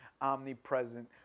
omnipresent